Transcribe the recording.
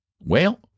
Well